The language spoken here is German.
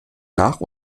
nach